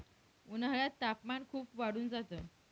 उन्हाळ्यात तापमान खूप वाढून जात